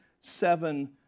seven